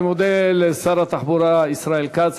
אני מודה לשר התחבורה ישראל כץ.